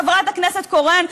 חברת הכנסת קורן,